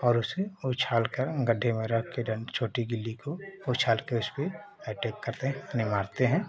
और उसे उछाल कर गड्ढे में रख छोटी गुल्ली को उछाल कर उस पर अटैक करते हैं उसमें मारते हैं